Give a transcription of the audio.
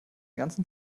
ganzen